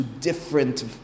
different